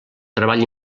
treball